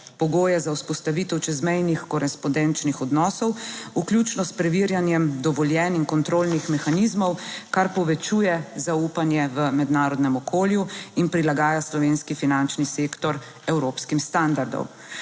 pogoje za vzpostavitev čezmejnih korespondenčnih odnosov, vključno s preverjanjem dovoljenj in kontrolnih mehanizmov, kar povečuje zaupanje v mednarodnem okolju in prilagaja slovenski finančni sektor evropskim standardom.